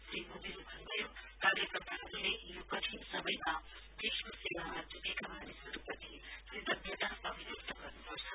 श्री मोदीले भन्नुभयो कार्यकर्ताहरूले यो कठिन समयमा देशको सेवामा जुटेका मानिसहरूप्रति कृतज्ञता अभिव्यक्त गर्नुपर्छ